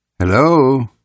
Hello